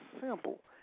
simple